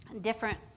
different